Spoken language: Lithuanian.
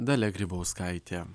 dalia grybauskaitė